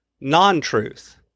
non-truth